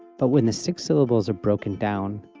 but when the six syllables are broken down,